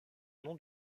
nom